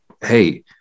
hey